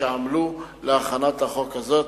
שעמלו על הכנת החוק הזה.